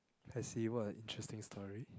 I see what a interesting story